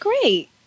great